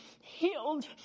healed